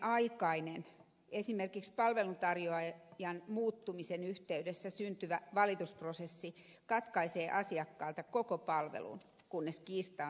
valitusprosessi esimerkiksi palveluntarjoajan muuttumisen yhteydessä syntyvä valitusprosessi katkaisee asiakkaalta koko palvelun kunnes kiista on ratkaistu